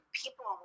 people